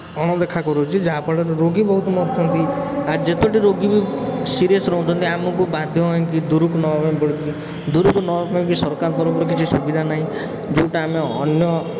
ଅଣଦେଖା କରୁଛି ଯାହାଫଳରେ ରୋଗୀ ବହୁତ ମରୁଛନ୍ତି ଆଉ ଯେତୋଟି ରୋଗୀବି ସିରିଏସ୍ ରହୁଛନ୍ତି ଆମକୁ ବାଧ୍ୟ ହେଇଁକି ଦୂରକୁ ନେବାପାଇଁ ପଡ଼ୁଛି ଦୂରକୁ ନେବାପାଇଁ ବି ସରକାରଙ୍କ କିଛି ସୁବିଧା ନାହିଁ ଯେଉଁଟା ଆମେ ଅନ୍ୟ